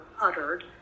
uttered